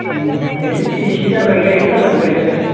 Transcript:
अ ओइद जेसे जायो गायगोन आरो आं गायनायालाय